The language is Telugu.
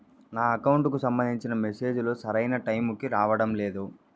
నా అకౌంట్ కు సంబంధించిన మెసేజ్ లు సరైన టైము కి రావడం లేదు